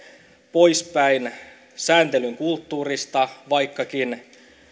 poispäin sääntelyn kulttuurista vaikkakin